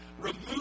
remove